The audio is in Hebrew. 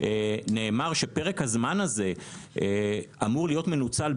נאמר שפרק הזמן הזה אמור להיות מנוצל,